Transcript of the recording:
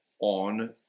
on